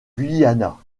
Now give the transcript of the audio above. guyana